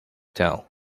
tell